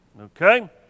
Okay